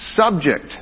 subject